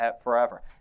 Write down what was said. forever